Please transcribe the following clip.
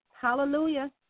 Hallelujah